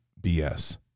BS